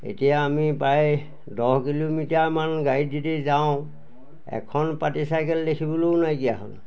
এতিয়া আমি প্ৰায় দহ কিলোমিটাৰমান গাড়ীত যদি যাওঁ এখন পাতি চাইকেল দেখিবলৈও নাইকিয়া হ'ল